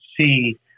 see